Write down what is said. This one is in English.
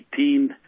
2018